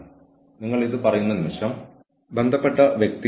positive മയക്കുമരുന്ന് ഉപയോഗ പരിശോധനകളുടെ ട്രീറ്റ്മെന്റ്